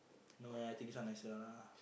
no eh I think this one nicer lah